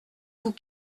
vous